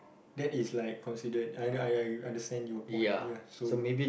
that is like considered I I I understand your point ya so